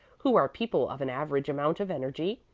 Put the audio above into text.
who are people of an average amount of energy,